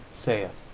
saith